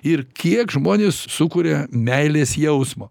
ir kiek žmonės sukuria meilės jausmo